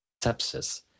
sepsis